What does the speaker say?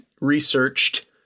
researched